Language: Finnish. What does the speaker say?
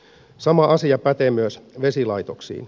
sama asia pätee myös vesilaitoksiin